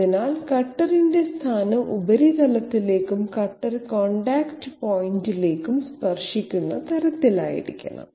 അതിനാൽ കട്ടറിന്റെ സ്ഥാനം ഉപരിതലത്തിലേക്കും കട്ടർ കോൺടാക്റ്റ് പോയിന്റിലേക്കും സ്പർശിക്കുന്ന തരത്തിലായിരിക്കണം